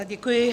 Děkuji.